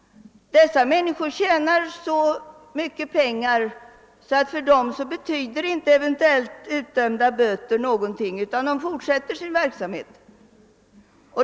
Dessa personer tjänar så mycket pengar att för dem betyder inte eventuellt utdömda böter någonting, utan de fortsätter sin verksamhet.